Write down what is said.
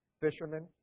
fishermen